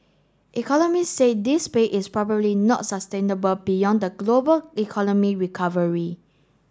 economists said this pace is probably not sustainable beyond the global economic recovery